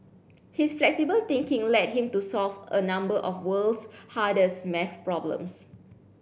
his flexible thinking led him to solve a number of world's hardest maths problems